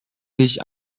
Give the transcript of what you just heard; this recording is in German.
sich